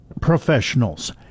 Professionals